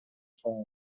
соң